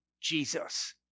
Jesus